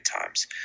times